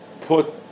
put